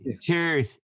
cheers